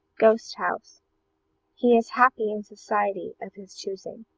ghost house he is happy in society of his choosing.